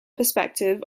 perspective